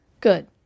Good